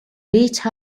meet